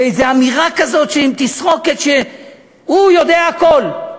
באיזו אמירה כזאת, עם תסרוקת, הוא יודע הכול.